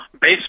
base